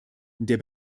der